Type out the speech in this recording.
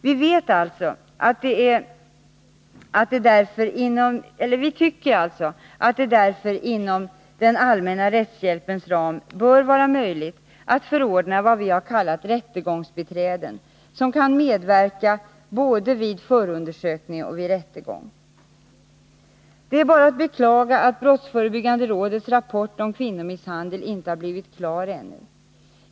Vi tycker därför att det inom den allmänna rättshjälpens ram bör vara möjligt att förordna vad vi har kallat ett ”rättegångsbiträde”, som kan medverka både vid förundersökning och vid rättegång. Det är bara att beklaga att BRÅ:s rapport om kvinnomisshandel inte blivit klar ännu.